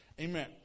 Amen